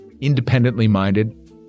independently-minded